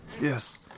Yes